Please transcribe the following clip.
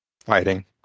fighting